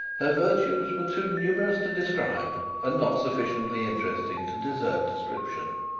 her virtues were too numerous to describe, and not sufficiently interesting to deserve description.